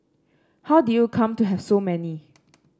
how did you come to have so many